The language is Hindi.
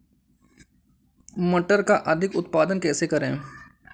मटर का अधिक उत्पादन कैसे करें?